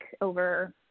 over